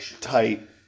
tight